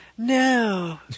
No